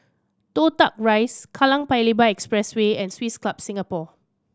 Toh Tuck Rise Kallang Paya Lebar Expressway and Swiss Club Singapore